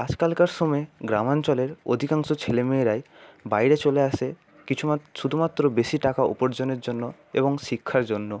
আজকালকার সময়ে গ্রামাঞ্চলের অধিকাংশ ছেলে মেয়েরাই বাইরে চলে আসে কিছুমাত্র শুধুমাত্র বেশি টাকা উপার্জনের জন্য এবং শিক্ষার জন্য